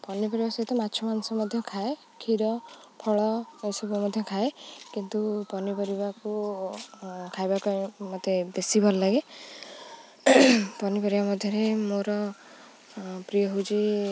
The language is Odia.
ପନିପରିବା ସହିତ ମାଛ ମାଂସ ମଧ୍ୟ ଖାଏ କ୍ଷୀର ଫଳ ଏସବୁ ମଧ୍ୟ ଖାଏ କିନ୍ତୁ ପନିପରିବାକୁ ଖାଇବା ପାଇଁ ମୋତେ ବେଶୀ ଭଲ ଲାଗେ ପନିପରିବା ମଧ୍ୟରେ ମୋର ପ୍ରିୟ ହେଉଛି